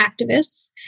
activists